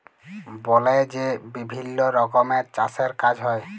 বলে যে বিভিল্ল্য রকমের চাষের কাজ হ্যয়